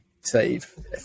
save